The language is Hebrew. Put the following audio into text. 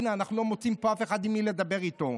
הינה, אנחנו לא מוצאים פה אף אחד שאפשר לדבר איתו.